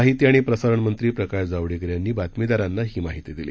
माहिती आणि प्रसारण मंत्री प्रकाश जावडक्कर यांनी बातमीदारांना ही माहिती दिली